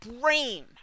brain